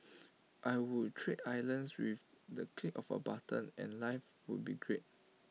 I would trade islands with the click of A button and life would be great